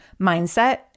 mindset